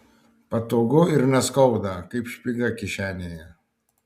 patogu ir neskauda kaip špyga kišenėje